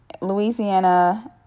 Louisiana